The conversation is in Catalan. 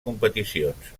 competicions